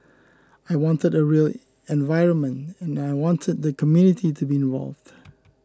I wanted a real environment and I wanted the community to be involved